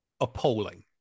appalling